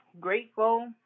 grateful